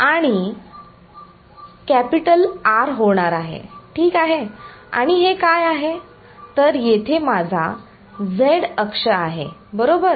आणि R होणार आहे ठीक आहे आणि हे काय आहे तर येथे माझा z अक्ष आहे बरोबर